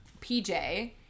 PJ